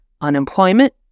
unemployment